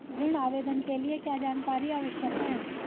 ऋण आवेदन के लिए क्या जानकारी आवश्यक है?